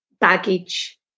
baggage